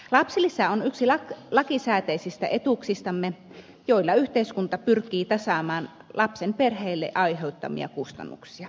lapsilisä on yksi lakisääteisistä etuuksistamme joilla yhteiskunta pyrkii tasaamaan lapsen perheelle aiheuttamia kustannuksia